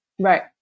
Right